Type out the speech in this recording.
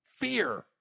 Fear